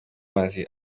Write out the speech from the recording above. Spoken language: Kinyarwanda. amazi